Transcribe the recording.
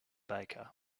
baker